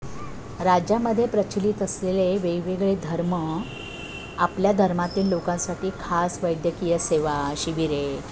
राज्यामध्ये प्रचलित असलेले वेगवेगळे धर्म आपल्या धर्मातील लोकांसाठी खास वैद्यकीय सेवा शिबिरे